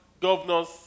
governors